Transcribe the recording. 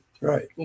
Right